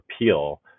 appeal